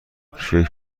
فکر